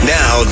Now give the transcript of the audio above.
now